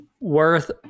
Worth